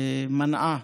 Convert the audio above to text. מנעה